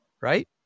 right